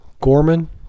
Gorman